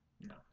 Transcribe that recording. No